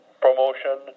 promotion